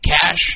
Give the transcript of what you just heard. cash